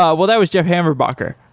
um well, that was jeff hammerbacher,